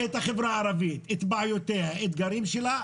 את החברה הערבית, את בעיותיה, את האתגרים שלה?